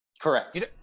Correct